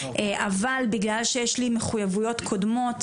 אבל בגלל שיש לי מחויבויות קודמות,